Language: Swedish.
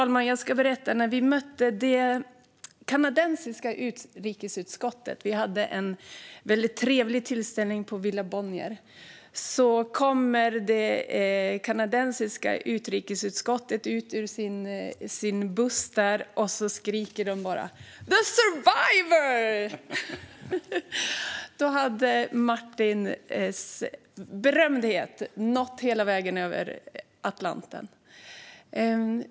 När vi mötte det kanadensiska utrikesutskottet hade vi en trevlig tillställning på Villa Bonnier. När det kanadensiska utrikesutskottet kom ut ur sin buss skrek de: The survivor! Martins berömdhet hade nått hela vägen över Atlanten. Martin!